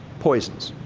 poisons.